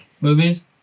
movies